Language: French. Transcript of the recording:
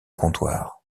comptoir